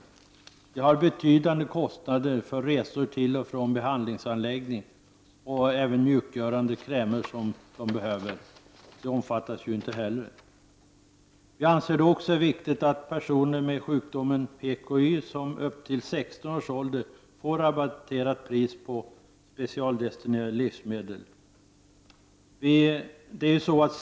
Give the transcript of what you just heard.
Psoriatikerna har betydande kostnader för resor till och från behandlingsanläggningar och för mjukgörande krämer, som inte heller omfattas av högkostnadsskyddet. Vi anser också att det är viktigt att personer som lider av sjukdomen PKY skall få möjlighet att köpa specialdestinerade livsmedel till rabatterat pris även efter 16 års ålder.